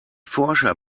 forscher